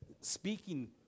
speaking